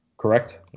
Correct